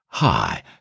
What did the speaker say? Hi